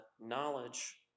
knowledge